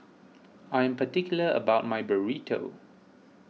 I am particular about my Burrito